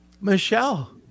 Michelle